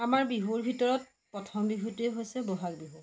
আমাৰ বিহুৰ ভিতৰত প্ৰথম বিহুটোৱেই হৈছে ব'হাগ বিহু